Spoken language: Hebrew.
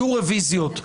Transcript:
יהיו רוויזיות,